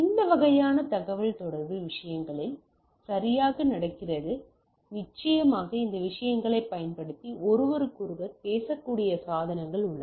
இந்த வகையான தகவல்தொடர்பு விஷயங்களில் சரியாக நடக்கிறது நிச்சயமாக இந்த விஷயங்களைப் பயன்படுத்தி ஒருவருக்கொருவர் பேசக்கூடிய சாதனங்கள் உள்ளன